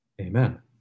Amen